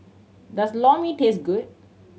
does Lor Mee taste good